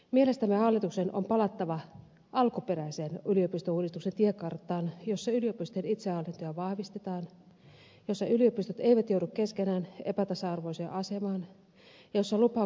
mielestämme hallituksen on palattava alkuperäiseen yliopistouudistuksen tiekarttaan jossa yliopistojen itsehallintoa vahvistetaan jossa yliopistot eivät joudu keskenään epätasa arvoiseen asemaan ja jossa lupaukset perusrahoituksen lisäämisestä pidetään